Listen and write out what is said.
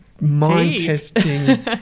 mind-testing